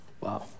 Wow